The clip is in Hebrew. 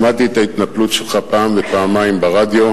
שמעתי את ההתנפלות שלך פעם ופעמיים ברדיו,